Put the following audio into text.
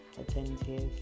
attentive